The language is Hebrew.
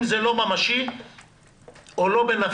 אם זה לא ממשי או לא בנפשו,